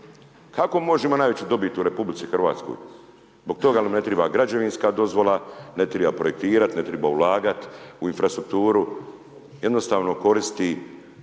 Kako može imati najveću dobit u RH? Zbog toga jel mu ne treba građevinska dozvola, ne treba projektirati, ne treba ulagati u infrastrukturu, jednostavno koristi